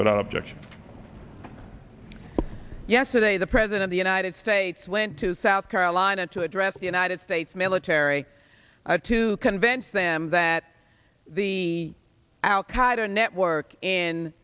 without objection yesterday the president of the united states it's went to south carolina to address the united states military to convince them that the out qaida network in